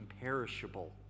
imperishable